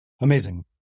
Amazing